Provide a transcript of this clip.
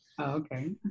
Okay